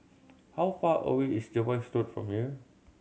how far away is Jervois Road from here